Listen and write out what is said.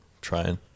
Trying